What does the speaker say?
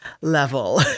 level